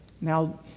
Now